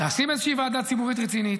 לשים איזושהי ועדה ציבורית רצינית,